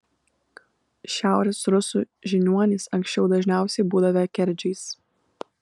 šiaurės rusų žiniuonys anksčiau dažniausiai būdavę kerdžiais